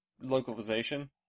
localization